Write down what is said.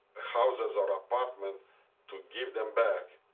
houses or apartments to give them back,